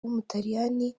w’umutaliyani